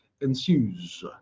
ensues